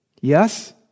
Yes